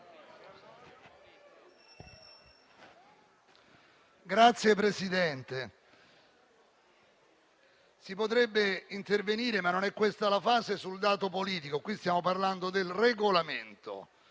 Signor Presidente, si potrebbe intervenire - ma non è questa la fase - sul dato politico. Qui stiamo parlando del Regolamento,